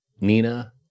Nina